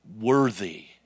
worthy